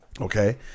Okay